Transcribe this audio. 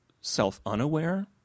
self-unaware